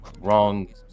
wrong